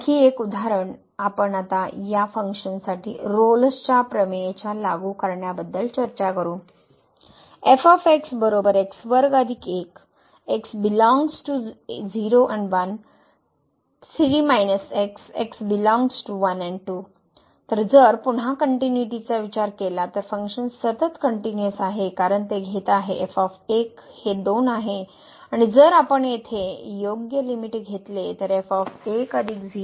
आणखी एक उदाहरण आपण आता या फंक्शनसाठी रोल्सच्या प्रमेयच्या लागू करण्याबद्दल चर्चा करू तर जर पुन्हा कनट्युनिटीचा चा विचार केला तर फंक्शन सतत कनट्युनिअस आहे कारण ते घेत आहे f हे 2 आहे आणि जर आपण येथे योग्य लिमिट घेतली तर f 1 0